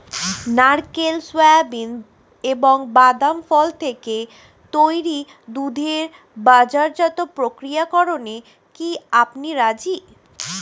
নারকেল, সোয়াবিন এবং বাদাম ফল থেকে তৈরি দুধের বাজারজাত প্রক্রিয়াকরণে কি আপনি রাজি?